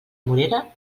morera